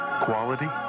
Quality